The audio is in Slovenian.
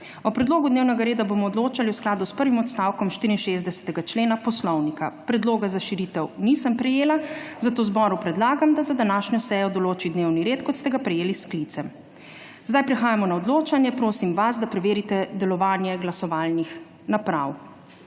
O predlogu dnevnega reda bomo odločali v skladu s prvim odstavkom 64. člena Poslovnika. Predloga za širitev nisem prejela, zato zboru predlagam, da za današnjo sejo določi dnevni red, kot ste ga prejeli s sklicem. Zdaj prehajamo na odločanje. Prosim vas, da preverite delovanje glasovalnih naprav.